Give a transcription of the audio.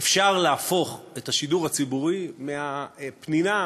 אפשר להפוך את השידור הציבורי מהפנינה,